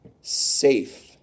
Safe